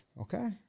Okay